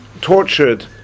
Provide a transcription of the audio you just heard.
tortured